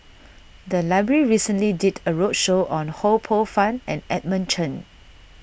the library recently did a roadshow on Ho Poh Fun and Edmund Chen